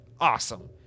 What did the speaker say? Awesome